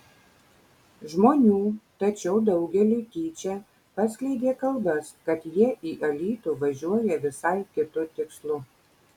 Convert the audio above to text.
žmonių tačiau daugeliui tyčia paskleidė kalbas kad jie į alytų važiuoja visai kitu tikslu